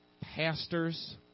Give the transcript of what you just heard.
pastors